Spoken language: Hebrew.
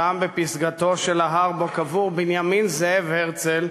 שם, בפסגתו של ההר שבו קבור בנימין זאב הרצל,